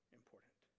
important